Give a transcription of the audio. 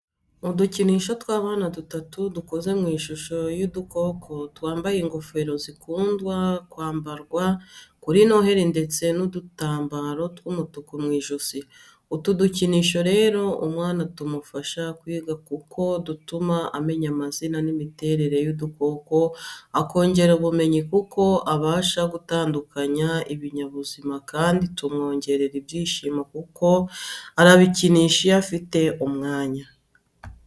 Udukinisho tw'abana dutatu dukoze mu ishusho y'udukoko, twambaye ingofero zikunda kwambarwa kuri noheli ndetse n'udutambaro tw'umutuku mu ijosi. Utu dukinisho rero umwana tumufasha kwiga kuko dutuma amenya amazina n’imiterere y’udukoko, akongera ubumenyi kuko abasha gutandukanya ibinyabuzima kandi tumwongerera ibyishimo kuko arabikinisha iyo afite umwanya.